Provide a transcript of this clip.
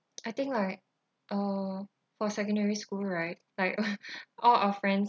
I think like uh for secondary school right like all our friends